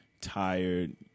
tired